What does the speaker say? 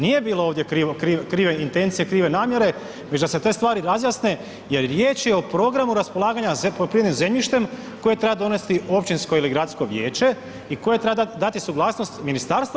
Nije bilo ovdje krive intencije, krive namjere već da se te stvari razjasne jer riječ je o programu raspolaganja poljoprivrednim zemljištem koje treba donijeti općinsko ili gradsko vijeće i koje treba dati suglasnost ministarstvo.